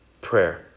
prayer